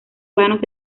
vanos